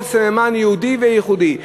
כל סממן יהודי וייחודי.